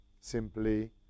simply